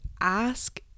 ask